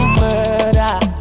murder